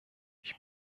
ich